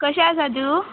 कशें आसा तूं